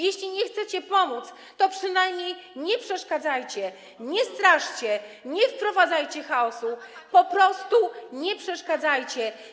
Jeśli nie chcecie pomóc, to przynajmniej nie przeszkadzajcie, nie straszcie, nie wprowadzajcie chaosu, po prostu nie przeszkadzajcie.